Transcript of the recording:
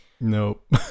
nope